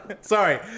Sorry